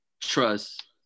trust